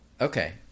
Okay